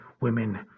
women